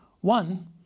One